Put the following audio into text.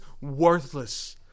worthless